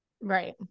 Right